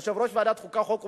יושב-ראש ועדת החוקה, חוק ומשפט,